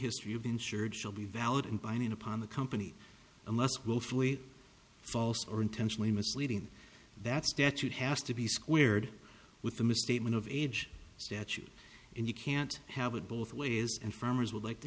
history of insured shall be valid and binding upon the company unless wolf with false or intentionally misleading that statute has to be squared with a misstatement of age statute and you can't have it both ways and farmers would like to